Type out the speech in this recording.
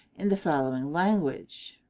in the following language